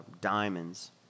diamonds